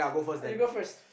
you go first